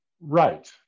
Right